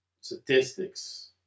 Statistics